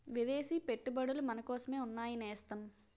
విదేశీ పెట్టుబడులు మనకోసమే ఉన్నాయి నేస్తం